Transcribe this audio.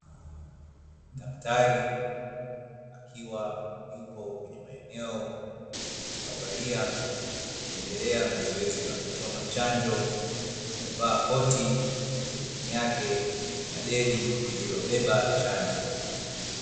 Daktari Ikiwa yupo kwenye maeneo ya uraia akiendelea na zoezi la kuchoma chanjo Kuvaa koti Chini yake kuna deli lililobeba chanjo.